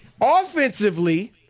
Offensively